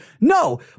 no